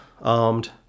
armed